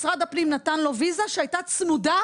משרד הפנים נתן לו ויזה שהייתה צמודה לחולה.